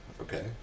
Okay